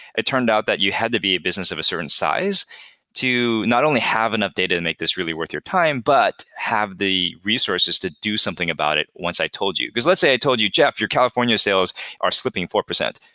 it turned out that you had to be a business of a certain size to not only have enough data and make this really worth your time, but have the resources to do something about it once i told you. because let's say i told you, jeff, your california sales are slipping four percent.